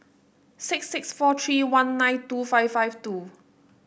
six six four three one nine two five five two